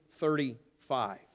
35